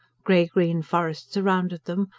grey-green forest surrounded them,